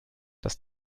das